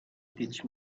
teach